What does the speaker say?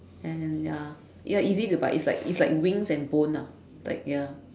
and ya ya easy to bite it's like it's like wings and bones lah like ya